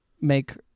make